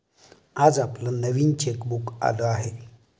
आज आपलं नवीन चेकबुक आलं आहे